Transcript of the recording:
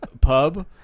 pub